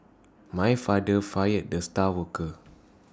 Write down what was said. my father fired the star worker